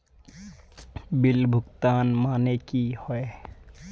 Bill भुगतान माने की होय?